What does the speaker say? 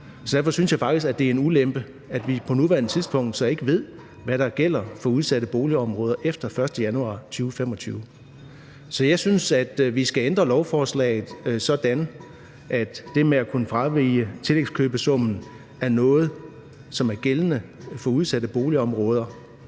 Derfor synes jeg faktisk, at det er en ulempe, at vi på nuværende tidspunkt så ikke ved, hvad der gælder for udsatte boligområder efter den 1. januar 2025. Så jeg synes, at vi skal ændre lovforslaget sådan, at det med at kunne fravige tillægskøbesummen er noget, som er gældende mere permanent for udsatte boligområder.